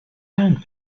found